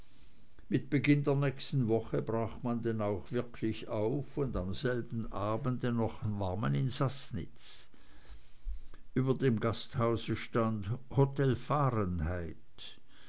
mit beginn der nächsten woche brach man denn auch wirklich auf und am selben abend noch war man in saßnitz über dem gasthaus stand hotel